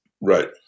Right